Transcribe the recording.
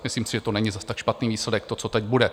Myslím si, že to není zase tak špatný výsledek, to, co teď bude.